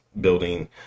building